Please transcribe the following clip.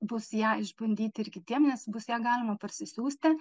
bus ją išbandyti ir kitiem nes bus ją galima parsisiųsti